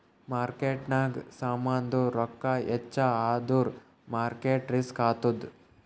ಮಾರ್ಕೆಟ್ನಾಗ್ ಸಾಮಾಂದು ರೊಕ್ಕಾ ಹೆಚ್ಚ ಆದುರ್ ಮಾರ್ಕೇಟ್ ರಿಸ್ಕ್ ಆತ್ತುದ್